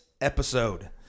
episode